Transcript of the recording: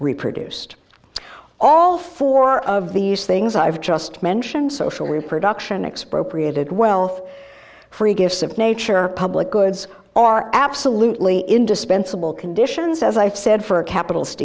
reproduced all four of these things i've just mentioned social reproduction expropriated wealth free gifts of nature public goods are absolutely indispensable conditions as i've said for a capitalist